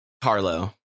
Carlo